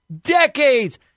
decades